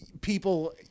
people